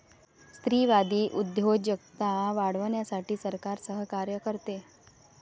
स्त्रीवादी उद्योजकता वाढवण्यासाठी सरकार सहकार्य करते